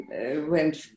went